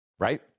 right